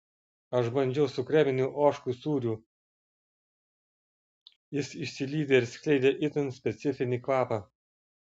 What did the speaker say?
aš bandžiau su kreminiu ožkų sūriu jis išsilydė ir skleidė itin specifinį kvapą